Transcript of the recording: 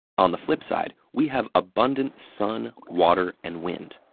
on the flip side, we have abundant sun, water, and wind.